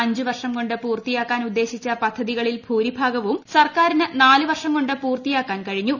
അഞ്ച് വർഷം കൊണ്ട് പൂർത്തിയാക്കാൻ ഉദ്ദേശിച്ച പദ്ധതികളിൽ ഭൂരിഭാഗവും സർക്കാരിന് നാല് വർഷം കൊണ്ട് പൂർത്തിയാക്കാൻ കഴിഞ്ഞു